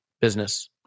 business